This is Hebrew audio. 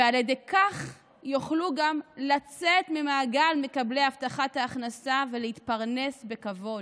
ועל ידי כך יוכלו גם לצאת ממעגל מקבלי הבטחת ההכנסה ולהתפרנס בכבוד,